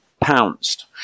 pounced